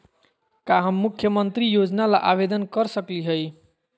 का हम मुख्यमंत्री योजना ला आवेदन कर सकली हई?